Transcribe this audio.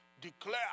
declare